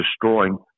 destroying